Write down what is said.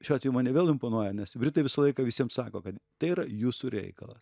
šiuo atveju mane vėl imponuoja nes britai visą laiką visiems sako kad tai yra jūsų reikalas